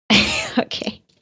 Okay